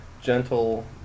gentle